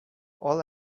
all